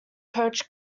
coach